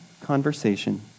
conversation